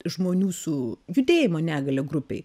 žmonių su judėjimo negalia grupei